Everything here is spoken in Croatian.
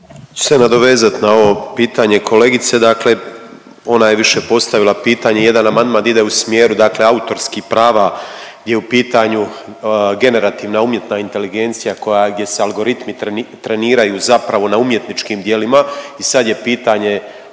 bih se nadovezat na ovo pitanje kolegice, dakle ona je više postavila pitanje jedan amandman ide u smjeru dakle autorskih prava gdje je u pitanju generativna umjetna inteligencija koja, gdje se algoritmi treniraju zapravo na umjetničkim djelima i sad je pitanje